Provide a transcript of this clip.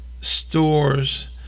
stores